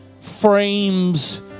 frames